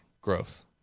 growth